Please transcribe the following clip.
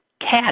cat